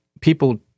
people